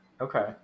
Okay